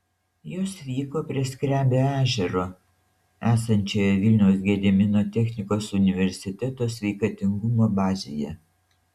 jos vyko prie skrebio ežero esančioje vilniaus gedimino technikos universiteto sveikatingumo bazėje